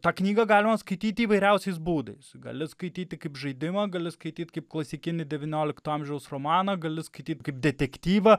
tą knygą galima skaityti įvairiausiais būdais gali skaityti kaip žaidimą gali skaityt kaip klasikinį devyniolikto amžiaus romaną gali skaityt kaip detektyvą